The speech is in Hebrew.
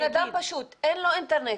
אבל לאדם פשוט אין אינטרנט,